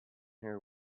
her